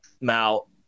Mal